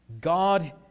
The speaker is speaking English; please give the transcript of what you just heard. God